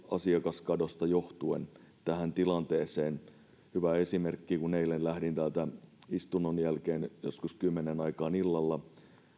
asiakaskadosta johtuen tähän tilanteeseen hyvä esimerkki kun eilen lähdin täältä istunnon jälkeen joskus kymmenen aikaan illalla